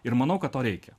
ir manau kad to reikia